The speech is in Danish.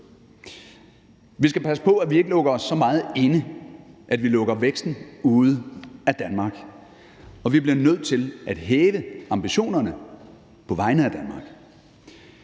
Vi skal passe på, at vi ikke lukker os så meget inde, at vi lukker væksten ude af Danmark, og vi bliver nødt til at hæve ambitionerne på vegne af Danmark.